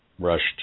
rushed